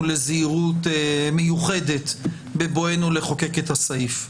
לזהירות מיוחדת בבואנו לחוקק את הסעיף.